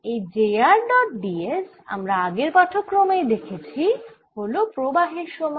এই j r dot ds আমরা আগের পাঠক্রমেই দেখেছি হল প্রবাহের সমান